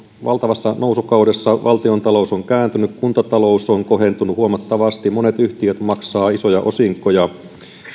valtavassa nousukaudessa valtiontalous on kääntynyt kuntatalous on kohentunut huomattavasti monet yhtiöt maksavat isoja osinkoja